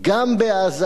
גם בעזה,